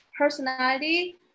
personality